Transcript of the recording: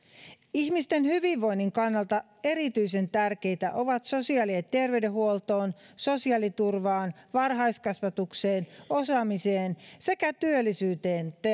ihmisten hyvinvoinnin kannalta erityisen tärkeitä ovat sosiaali ja terveydenhuoltoon sosiaaliturvaan varhaiskasvatukseen osaamiseen sekä työllisyyteen